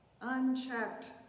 Unchecked